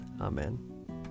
Amen